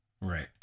Right